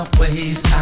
ways